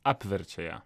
apverčia ją